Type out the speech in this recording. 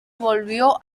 volvió